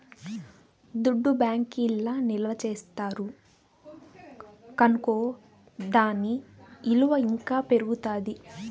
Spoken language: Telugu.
దుడ్డు బ్యాంకీల్ల నిల్వ చేస్తారు కనుకో దాని ఇలువ ఇంకా పెరుగుతాది